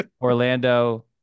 orlando